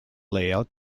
layout